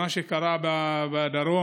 במה שקרה בדרום.